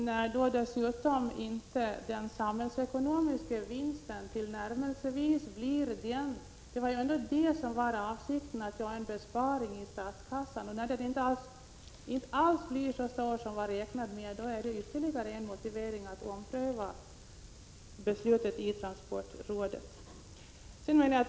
När dessutom den samhällsekonomiska vinsten inte tillnärmelsevis — avsikten var ju ändå att göra en besparing i statskassan — blev så stor som man hade räknat med, är det ytterligare en motivering att ompröva beslutet i transportrådet.